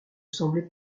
semblait